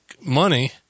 money